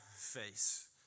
face